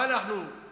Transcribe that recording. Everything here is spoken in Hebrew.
מה, אנחנו סנילים?